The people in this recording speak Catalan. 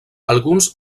alguns